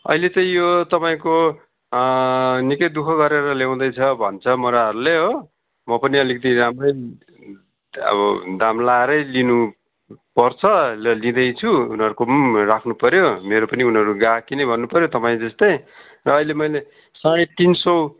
अहिले त यो तपाईँको निकै दु ख गरेर ल्याउँदै छ भन्छ मोराहरूले हो म पनि अलिकति राम्रै अब दाम लाएरै लिनुपर्छ र लिँदैछु उनीहरूको पनि राख्नुपऱ्यो मेरो पनि उनीहरू गाहकी नै भन्नुपऱ्यो तपाईँहरू जस्तै र अहिले मैले साँढे तिन सय